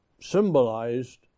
symbolized